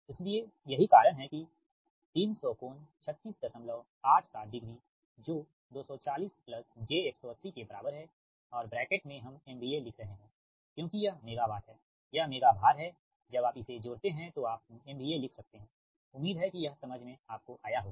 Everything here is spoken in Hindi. इसलिए यही कारण है कि 300 कोण 3687 डिग्री जो 240 j180 के बराबर है और ब्रैकेट में हम MVA लिख रहे हैं क्योंकि यह मेगावाट है यह मेगा VAR है जब आप इसे जोड़ते हैं तो आप MVA लिख सकते हैंउम्मीद है कि यह समझ में आपको आया होगा